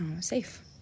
safe